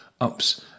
ups